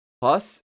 plus